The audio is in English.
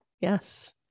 Yes